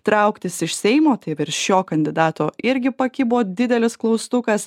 trauktis iš seimo taip ir šio kandidato irgi pakibo didelis klaustukas